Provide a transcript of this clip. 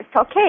okay